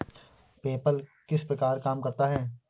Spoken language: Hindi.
पेपल किस प्रकार काम करता है?